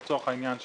לצורך העניין,